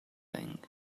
thing